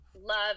love